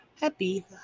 Happy